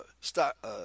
Stock